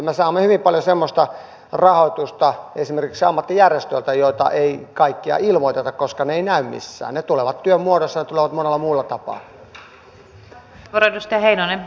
me saamme hyvin paljon semmoisia rahoja esimerkiksi ammattijärjestöiltä joita ei kaikkia ilmoiteta koska ne eivät näy missään ne tulevat työn muodossa ja tulevat monella muulla tapaa